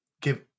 Give